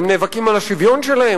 הם נאבקים על השוויון שלהם,